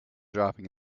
dropping